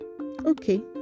okay